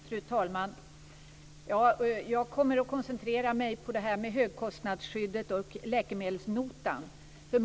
Fru talman! Jag kommer att koncentrera mig på högkostnadsskyddet och läkemedelsnotan.